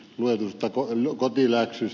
voitosta kovan kotiläksyt